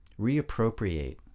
reappropriate